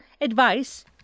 Advice